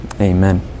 Amen